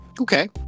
Okay